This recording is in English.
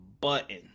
button